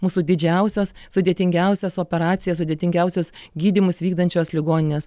mūsų didžiausios sudėtingiausias operacijas sudėtingiausius gydymus vykdančios ligoninės